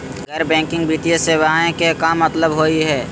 गैर बैंकिंग वित्तीय सेवाएं के का मतलब होई हे?